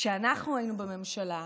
כשאנחנו היינו בממשלה,